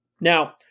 Now